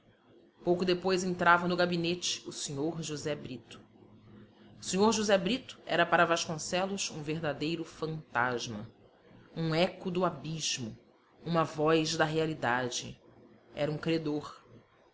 pouco depois entrava no gabinete o sr josé brito o sr josé brito era para vasconcelos um verdadeiro fantasma um eco do abismo uma voz da realidade era um credor